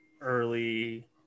early